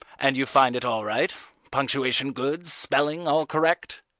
and you find it all right punctuation good, spelling all correct?